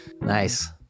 nice